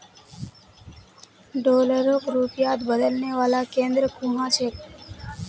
डॉलरक रुपयात बदलने वाला केंद्र कुहाँ छेक